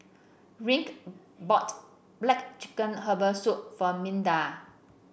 rae bought black chicken Herbal Soup for Minda